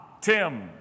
Tim